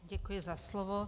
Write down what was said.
Děkuji za slovo.